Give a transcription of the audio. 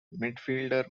midfielder